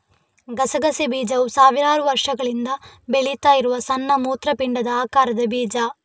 ಗಸಗಸೆ ಬೀಜವು ಸಾವಿರಾರು ವರ್ಷಗಳಿಂದ ಬೆಳೀತಾ ಇರುವ ಸಣ್ಣ ಮೂತ್ರಪಿಂಡದ ಆಕಾರದ ಬೀಜ